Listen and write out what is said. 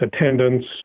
attendance